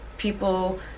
people